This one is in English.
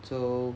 so